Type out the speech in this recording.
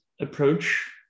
approach